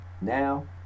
Now